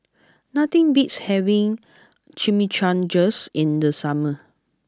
nothing beats having Chimichangas in the summer